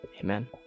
Amen